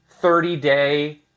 30-day